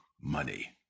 money